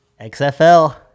XFL